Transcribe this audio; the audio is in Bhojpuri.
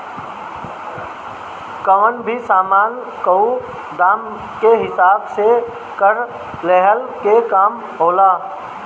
कवनो भी सामान कअ दाम के हिसाब से कर लेहला के काम होला